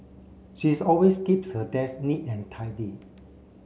she's always keeps her desk neat and tidy